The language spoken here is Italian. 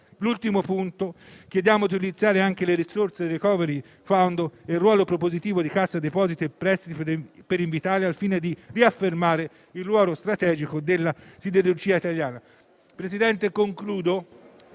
ultimo punto, chiediamo di utilizzare anche le risorse del *recovery fund* e il ruolo propositivo di Cassa depositi e prestiti e Invitalia al fine di riaffermare il ruolo strategico della siderurgia italiana. Signor Presidente, concludo